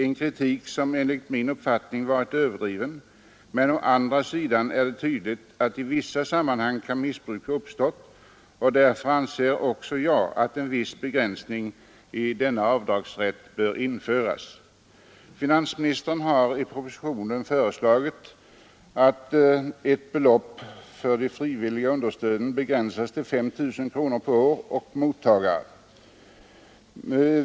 Denna kritik har enligt min uppfattning varit överdriven, men å andra sidan är det tydligt att i vissa sammanhang missbruk kan ha uppstått. Därför anser också jag att en viss begränsning i avdragsrätten bör införas. Finansministern har i propositionen föreslagit att beloppet för de frivilliga understöden begränsas till 5 000 kronor per år och mottagare.